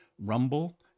Rumble